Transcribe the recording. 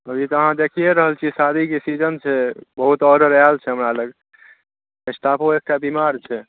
अभी तऽ अहाँ देखिये रहल छियै शादीके सीजन छै बहुत आर्डर आयल छै हमरा लग स्टाफो एकटा बीमार छै